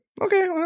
Okay